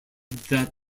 that